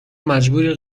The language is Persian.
مجبوری